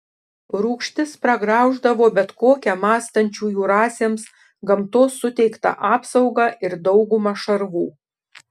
rūgštis pragrauždavo bet kokią mąstančiųjų rasėms gamtos suteiktą apsaugą ir daugumą šarvų